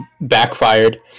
backfired